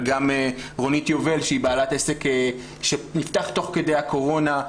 וגם רונית יובל שהיא בעלת עסק שנפתח תוך כדי הקורונה.